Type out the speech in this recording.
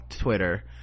twitter